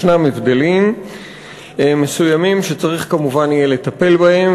ישנם הבדלים מסוימים שצריך כמובן יהיה לטפל בהם,